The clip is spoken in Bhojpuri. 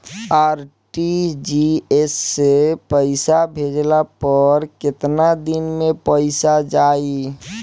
आर.टी.जी.एस से पईसा भेजला पर केतना दिन मे पईसा जाई?